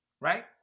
right